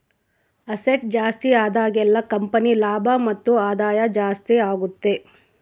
asset ಜಾಸ್ತಿ ಆದಾಗೆಲ್ಲ company ಲಾಭ ಮತ್ತು ಆದಾಯ ಜಾಸ್ತಿ ಆಗುತ್ತೆ